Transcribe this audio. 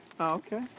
Okay